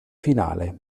finale